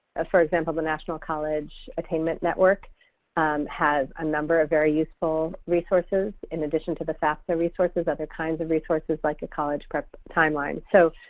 ah for example, the national college attainment network and has a number of very useful resources, in addition to the fafsa resources, other kinds of resources like a college prep timeline. so,